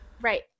right